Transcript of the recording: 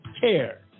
care